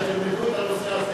כדאי שתלמדו את הנושא הזה.